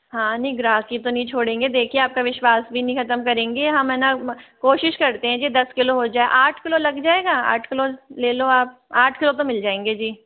हाँ नहीं ग्राहकी तो नहीं छोड़ेंगे देखिए आपका विश्वास भी नहीं खत्म करेंगे हाँ मैं ना कोशिश करते हैं के दस किलो हो जाए आठ किलो लग जाएगा आठ किलो ले लो आप आठ किलो तो मिल जाएंगे जी